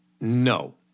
no